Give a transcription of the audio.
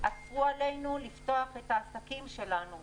אסרו עלינו לפתוח את העסקים שלנו,